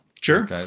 Sure